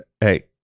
Hey